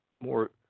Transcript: more